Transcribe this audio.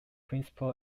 principal